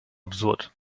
absurd